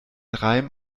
reim